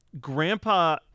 Grandpa